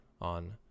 on